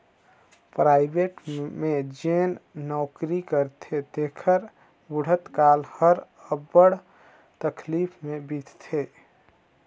private में जेन नउकरी करथे तेकर बुढ़त काल हर अब्बड़ तकलीफ में बीतथे